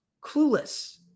clueless